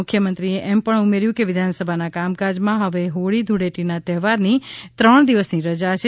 મુખ્યમંત્રીશ્રીએ એમ પણ ઉમેર્યુ કે વિધાનસભાના કામકાજમાં હવે હોળી ધૂળેટીના તહેવારની ત્રણ દિવસની રજા છે